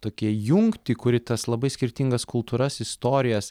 tokią jungtį kuri tas labai skirtingas kultūras istorijas